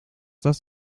das